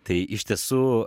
tai iš tiesų